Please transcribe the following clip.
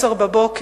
ב-10:00,